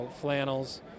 flannels